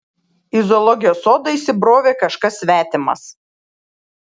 į zoologijos sodą įsibrovė kažkas svetimas